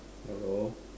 hello